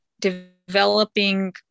developing